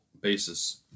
basis